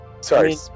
Sorry